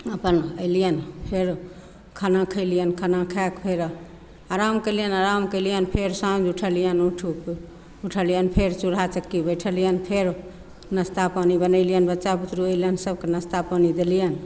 अपन अइलियनि फेर खाना खयलियनि खाना खा कऽ फेर आराम कयलियनि आराम कयलियनि फेर साँझ उठलियनि उठलियै फेर चूल्हा चेकी बैठेलियन फेर नास्ता पानि बनेलियनि बच्चा बुतरुक अयलनि सबके नास्ता पानि देलियनि